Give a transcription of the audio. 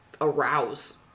arouse